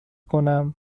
کنم